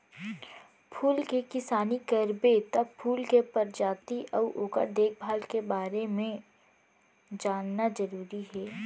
फूल के किसानी करबे त फूल के परजाति अउ ओकर देखभाल के बारे म जानना जरूरी हे